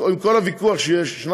עם כל הוויכוח שיש,